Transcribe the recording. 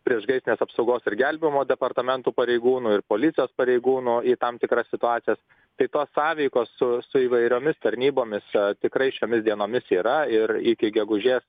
priešgaisrinės apsaugos ir gelbėjimo departamento pareigūnų ir policijos pareigūnų į tam tikras situacijas taip pat sąveikos su su įvairiomis tarnybomis tikrai šiomis dienomis yra ir iki gegužės